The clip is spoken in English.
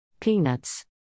Peanuts